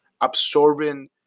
absorbing